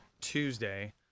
Tuesday